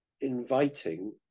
inviting